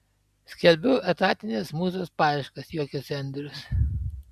skelbiu etatinės mūzos paieškas juokiasi andrius